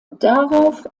darauf